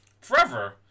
forever